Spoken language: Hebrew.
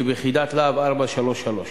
שביחידת "להב 433",